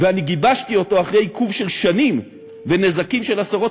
ואני גיבשתי אותו אחרי עיכוב של שנים ונזקים של עשרות